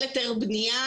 אני לא קבלן,